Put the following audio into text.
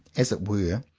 as it were,